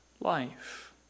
life